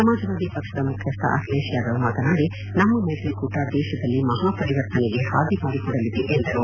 ಸಮಾಜವಾದಿ ಪಕ್ಷದ ಮುಖ್ಯಸ್ಥ ಅಖಿಲೇತ್ ಯಾದವ್ ಮಾತನಾಡಿ ನಮ್ಮ ಮೈತ್ರಿ ಕೂಟ ದೇಶದಲ್ಲಿ ಮಹಾಪರಿವರ್ತನೆಗೆ ಹಾದಿ ಮಾಡಿಕೊಡಲಿದೆ ಎಂದರು